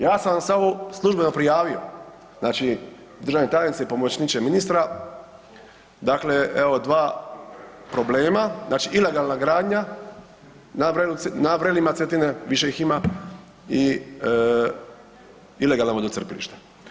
Ja sam samo službeno prijavio, znači državni tajniče i pomoćniče ministra, dakle evo dva problema, znači ilegalna gradnja na vrelima Cetine, više ih ima i ilegalna vodocrpilišta.